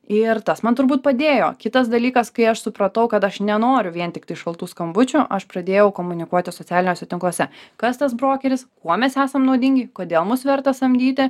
ir tas man turbūt padėjo kitas dalykas kai aš supratau kad aš nenoriu vien tiktai šaltų skambučių aš pradėjau komunikuoti socialiniuose tinkluose kas tas brokeris kuo mes esam naudingi kodėl mus verta samdyti